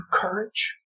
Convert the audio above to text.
courage